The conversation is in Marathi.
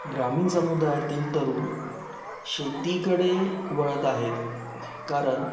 ग्रामीण समुदायातील तरूण शेतीकडे वळत आहेत कारण